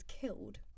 killed